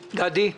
גדי.